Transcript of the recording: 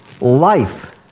life